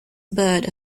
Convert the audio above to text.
bird